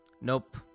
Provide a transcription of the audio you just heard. Nope